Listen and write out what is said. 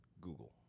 Google